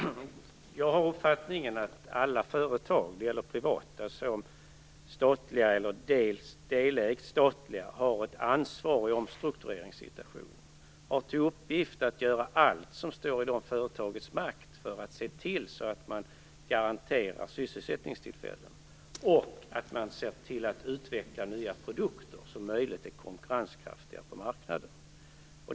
Fru talman! Jag har uppfattningen att alla företag, såväl privata som helstatliga eller delvis statliga, har ett ansvar i omstruktureringssituationer och att de har till uppgift att göra allt som står i deras makt för att se till att garantera sysselsättningstillfällen och att utveckla nya produkter som, om möjligt, är konkurrenskraftiga på marknaden.